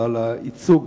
ועל הייצוג